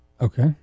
Okay